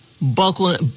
Buckling